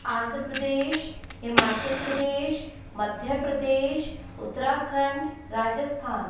Andhra Pradesh Himachal Pradesh Madhya Pradesh Uttarakhand Rajasthan